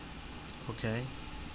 okay